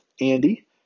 Andy